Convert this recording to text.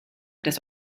des